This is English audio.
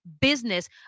business